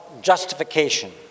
justification